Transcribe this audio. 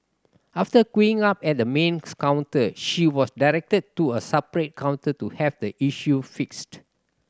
after queuing up at the main counter she was directed to a separate counter to have the issue fixed